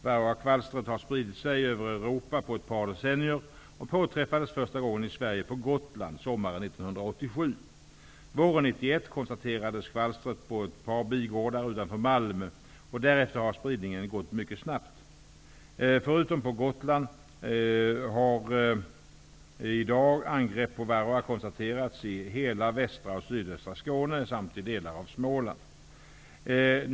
Varroakvalstret har spritt sig över Europa på ett par decennier och påträffades första gången i Sverige på Gotland sommaren 1987. Våren 1991 Malmö och därefter har spridningen gått mycket snabbt. Förutom på Gotland har i dag angrepp av varroa konstaterats i hela västra och sydöstra Skåne samt i delar av Småland.